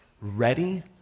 ready